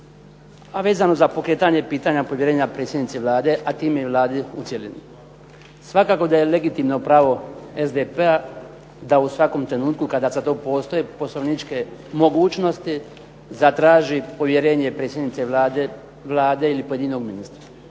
a vezano za pokretanje pitanja povjerenja predsjednici Vlade a time Vlade u cjelini. Svakako da je legitimno pravo SDP-a da u svakom trenutku kada za to postoje poslovničke mogućnosti zatraže povjerenje predsjednice Vlade ili pojedinog ministra.